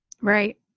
Right